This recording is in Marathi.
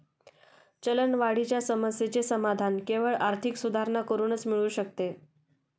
चलनवाढीच्या समस्येचे समाधान केवळ आर्थिक सुधारणा करूनच मिळू शकते